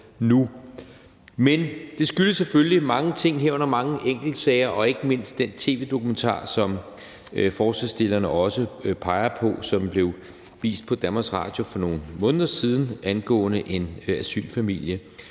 Men det skyldes selvfølgelig mange ting, herunder mange enkeltsager og ikke mindst den tv-dokumentar, som forslagsstillerne også peger på, og som blev vist på DR for nogle måneder siden, angående en asylfamilie